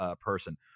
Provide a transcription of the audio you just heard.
person